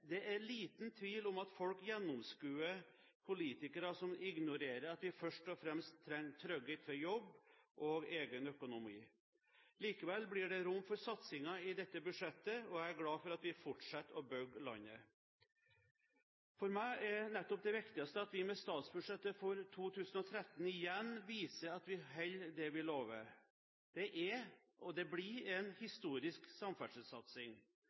det er liten tvil om at folk gjennomskuer politikere som ignorerer at vi først og fremst trenger trygghet for jobb og egen økonomi. Likevel blir det rom for satsinger i dette budsjettet, og jeg er glad for at vi fortsetter å bygge landet. For meg er nettopp det viktigste med statsbudsjettet for 2013 at vi igjen viser at vi holder det vi lover. Det er og det blir en historisk samferdselssatsing.